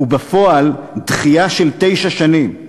ובפועל דחייה של תשע שנים?